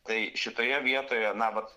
tai šitoje vietoje na vat